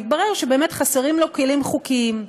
והתברר שבאמת חסרים לו כלים חוקיים.